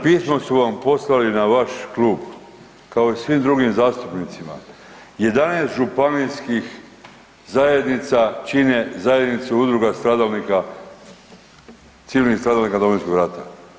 Pismo su vam poslali na vaš klub, kao i svim drugim zastupnicima, 11 županijskih zajednica čine zajednicu udruga stradalnika, civilnih stradalnika Domovinskog rata.